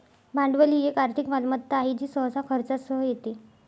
भांडवल ही एक आर्थिक मालमत्ता आहे जी सहसा खर्चासह येते